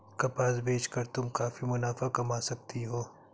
कपास बेच कर तुम काफी मुनाफा कमा सकती हो